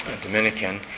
Dominican